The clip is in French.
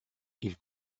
ils